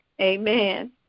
Amen